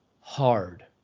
hard